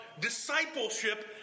discipleship